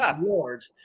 Lord